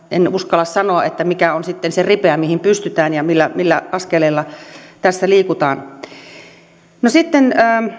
en uskalla sanoa että mikä on sitten se ripeä mihin pystytään ja millä millä askeleilla tässä liikutaan sitten